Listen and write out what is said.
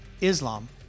Islam